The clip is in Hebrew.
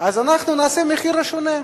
אז אנחנו נעשה מחיר שונה,